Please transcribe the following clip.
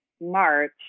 March